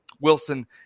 Wilson